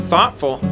Thoughtful